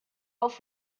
auf